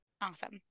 Awesome